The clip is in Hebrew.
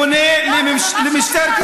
פונה למשטרת ישראל,